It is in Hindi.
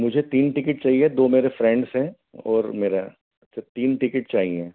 मुझे तीन टिकिट चहिए दो मेरे फ्रेंड्स हैं और मेरा अच्छा तीन टिकिट चाहिए